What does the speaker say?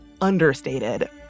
understated